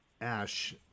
Ash